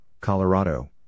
Colorado